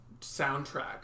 soundtrack